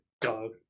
dog